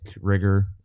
rigor